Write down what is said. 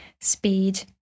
speed